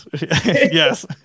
Yes